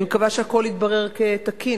אני מקווה שהכול יתברר כתקין,